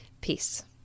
Peace